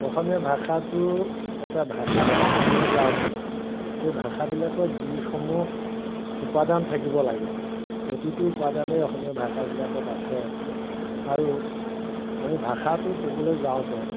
অসমীয়া ভাষাটো এটা ভাষা বুলি ক'বলৈ যাওঁতে সেই ভাষাবিলাকত যিসমূহ উপাদান থাকিব লাগে প্ৰতিটো উপাদানেই অসমীয়া ভাষাবিলাকত আছে আৰু আমি ভাষাটো ক'বলৈ যাওঁতে